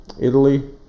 Italy